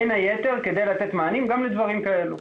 בין היתר כדי לתת מענים גם לדברים כאלו.